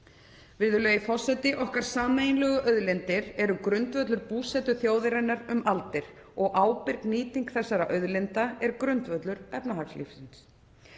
Virðulegi forseti. Sameiginlegar auðlindir eru grundvöllur búsetu þjóðarinnar um aldir og ábyrg nýting þessara auðlinda er grundvöllur efnahagslífsins.